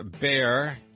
Bear